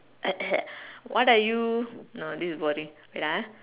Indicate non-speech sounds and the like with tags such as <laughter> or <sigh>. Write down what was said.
<noise> what are you no this is boring wait ah